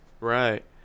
right